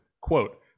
quote